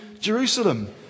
Jerusalem